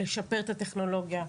לשפר את הטכנולוגיה,